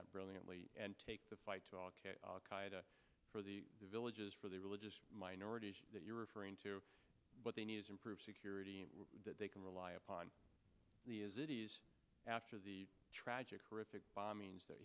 that brilliantly and take the fight for the villages for the religious minorities that you're referring to but they need to improve security and that they can rely upon after the tragic horrific bombings that